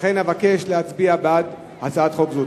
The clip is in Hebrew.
לכן אבקש להצביע בעד הצעת חוק זאת.